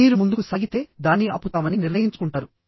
మీరు ముందుకు సాగితే దాన్ని ఆపుతామని నిర్ణయించుకుంటారు